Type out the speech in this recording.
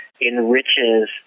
enriches